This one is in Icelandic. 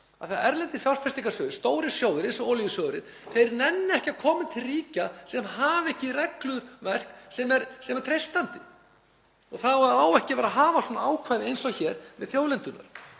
að erlendir fjárfestingarsjóðir, stórir sjóðir eins og olíusjóðurinn, nenna ekki að komi til ríkja sem hafa regluverk sem ekki er treystandi. Það á ekki að hafa svona ákvæði eins og hér með þjóðlendurnar.